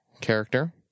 character